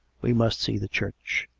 we must see the church.